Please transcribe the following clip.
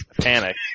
panic